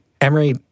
Emery